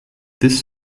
this